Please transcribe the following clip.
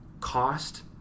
cost